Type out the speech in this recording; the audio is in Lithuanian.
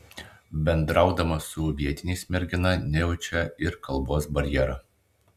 bendraudama su vietiniais mergina nejaučia ir kalbos barjero